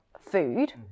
Food